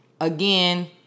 Again